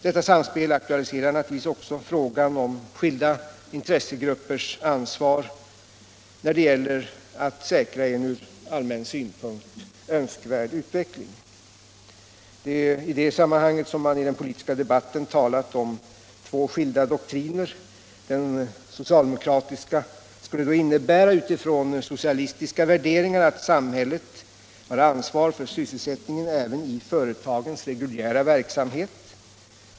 Detta samspel aktualiserar naturligtvis också frågan om skilda intressegruppers ansvar när det gäller att säkra en från allmän synpunkt önskvärd utveckling. Det är i det sammanhanget som man i den politiska debatten talat om två skilda doktriner. Den socialdemokratiska skulle då innebära, utifrån socialistiska värderingar, att samhället har ansvar för sysselsättningen även i företagens reguljära verksamhet.